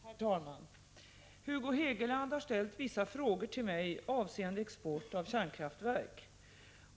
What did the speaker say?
Herr talman! Hugo Hegeland har ställt vissa frågor till mig, avseende export av kärnkraftverk.